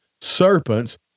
serpents